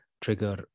trigger